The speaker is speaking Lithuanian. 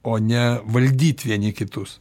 o ne valdyt vieni kitus